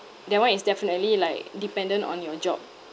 that [one] is definitely like dependent on your job